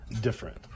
different